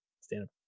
stand-up